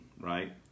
right